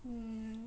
mm